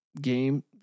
game